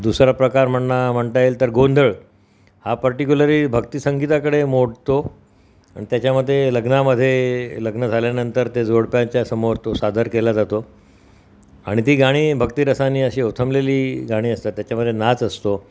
दुसरा प्रकार म्हणं म्हणता येईल तर गोंधळ हा पर्टिक्युलरी भक्तीसंगीताकडे मोडतो आणि त्याच्यामध्ये लग्नामध्ये लग्न झाल्यानंतर ते जोडप्यांच्यासमोर तो सादर केला जातो आणि ती गाणी भक्तीरसाने अशी ओथंबलेली गाणी असतात त्याच्यामधे नाच असतो